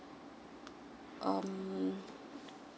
um